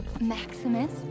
Maximus